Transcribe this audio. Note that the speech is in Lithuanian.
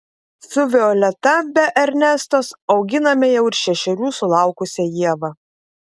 su violeta be ernestos auginame jau ir šešerių sulaukusią ievą